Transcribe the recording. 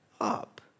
up